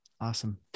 Awesome